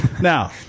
Now